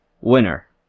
Winner